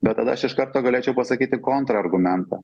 bet tada aš iš karto galėčiau pasakyti kontrargumentą